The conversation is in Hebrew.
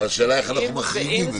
השאלה איך אנחנו מחריגים את זה.